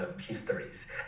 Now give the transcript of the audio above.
histories